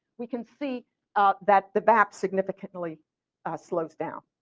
we can see that the back significantly slows down.